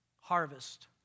Harvest